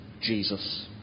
Jesus